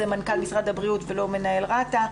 זה מנכ"ל משרד הבריאות ולא מנהל רת"א.